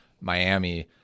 Miami